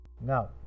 Now